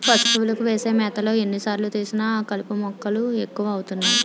పశువులకు వేసే మేతలో ఎన్ని సార్లు తీసినా ఈ కలుపు మొక్కలు ఎక్కువ అవుతున్నాయి